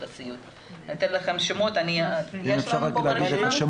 קודם כל טלי אני רוצה להודות לך ולשבח